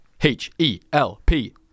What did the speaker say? H-E-L-P